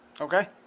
Okay